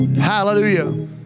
Hallelujah